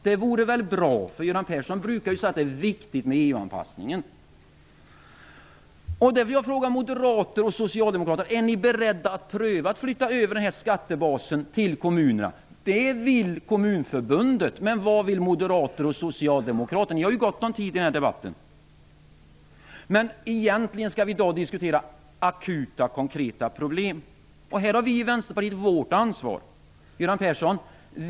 Det vore väl bra, för Göran Persson brukar ju säga att det är viktigt med Jag vill fråga moderater och socialdemokrater: Är ni beredda att pröva att flytta över den här skattebasen till kommunerna? Det vill Kommunförbundet, men vad vill moderater och socialdemokrater? Ni har ju gott om tid i den här debatten. Vad vi egentligen skall diskutera i dag är akuta, konkreta problem. Här har vi i Vänsterpartiet vårt ansvar.